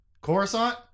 coruscant